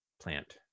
Plant